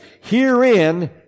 Herein